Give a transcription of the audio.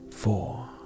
Four